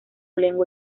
lengua